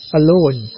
alone